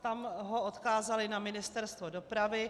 Tam ho odkázali na Ministerstvo dopravy.